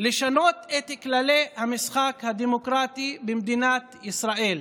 לשנות את כללי המשחק הדמוקרטי במדינת ישראל